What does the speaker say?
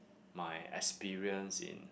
my experience in